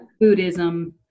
Buddhism